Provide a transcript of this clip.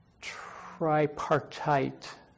tripartite